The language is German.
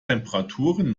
temperaturen